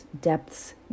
depths